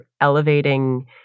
elevating